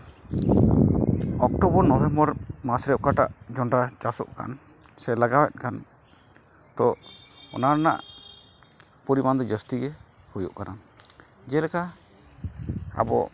October November ᱢᱟᱥ ᱨᱮ ᱚᱠᱟᱴᱟᱜ ᱡᱚᱱᱰᱨᱟ ᱪᱟᱥᱚᱜ ᱠᱟᱱ ᱥᱮ ᱞᱟᱜᱟᱣᱮᱫ ᱠᱟᱱ ᱛᱚ ᱚᱱᱟ ᱨᱮᱱᱟᱜ ᱯᱚᱨᱤᱢᱟᱱ ᱫᱚ ᱡᱟᱹᱥᱛᱤ ᱜᱮ ᱦᱩᱭᱩᱜ ᱠᱟᱱᱟ ᱡᱮᱞᱮᱠᱟ ᱟᱵᱚ